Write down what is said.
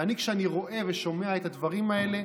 וכשאני רואה ושומע את הדברים האלה,